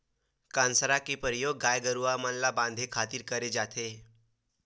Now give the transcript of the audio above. कांसरा के परियोग गाय गरूवा मन ल बांधे खातिर करे जाथे